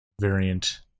variant